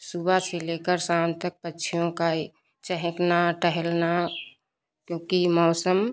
सुबह से लेकर शाम तक पक्षियों का ये चहकना टहलना क्योंकि मौसम